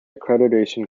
accreditation